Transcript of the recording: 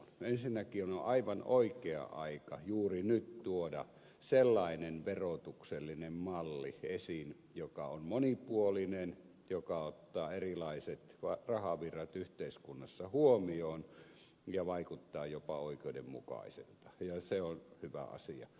ensinnäkin on aivan oikea aika juuri nyt tuoda sellainen verotuksellinen malli esiin joka on monipuolinen joka ottaa erilaiset rahavirrat yhteiskunnassa huomioon ja vaikuttaa jopa oikeudenmukaiselta ja se on hyvä asia